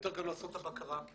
יותר לעשות את הבקרה.